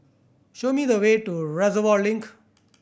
show me the way to Reservoir Link